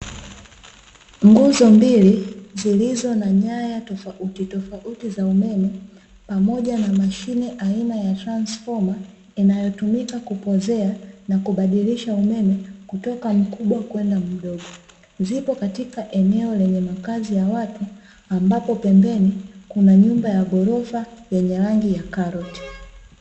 Nguzo mbili zilizo na nyaya tofautitofauti za umeme, pamoja na mashine aina ya transfoma, inayotumika kupoozea na kubadilisha umeme kutoka mkubwa kwenda mdogo. Zipo katika eneo lenye makazi ya watu, ambapo pembeni kuna nyumba ya ghorofa yenye rangi ya karoti.